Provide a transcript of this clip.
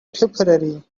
tipperary